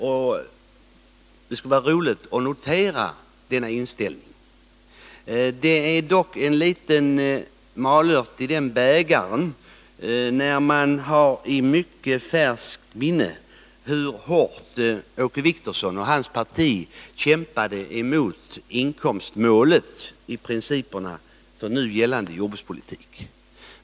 Och det skulle kunna vara roligt att notera denna inställning. Det finns dock en liten malört i bägaren, när man har i mycket färskt minne hur hårt Åke Wictorsson och hans parti kämpade mot inkomstmålet i principerna för nu gällande jordbrukspolitik.